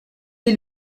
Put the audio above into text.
est